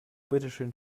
bitteschön